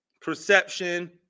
perception